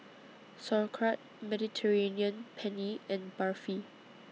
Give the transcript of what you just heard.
Sauerkraut Mediterranean Penne and Barfi